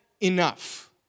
enough